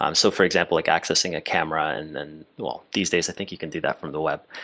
um so for example, like accessing a camera and and well, these days i think you can do that from the web.